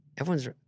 Everyone's –